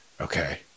okay